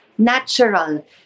natural